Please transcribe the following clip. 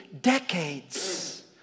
decades